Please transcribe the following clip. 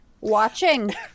watching